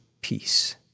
peace